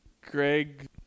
Greg